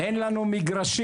אין לנו מגרשים.